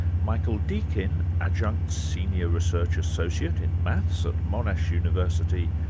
michael deakin, adjunct senior research associate in maths at monash university,